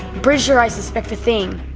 pretty sure i suspect a thing.